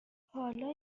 حالا